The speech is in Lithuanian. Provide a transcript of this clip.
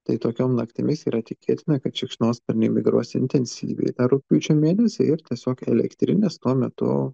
tai tokiom naktimis yra tikėtina kad šikšnosparniai migruos intensyviai rugpjūčio mėnesį ir tiesiog elektrinės tuo metu